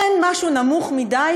אין משהו שהוא נמוך מדי,